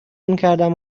میکردم